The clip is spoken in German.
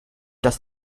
dass